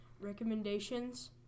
recommendations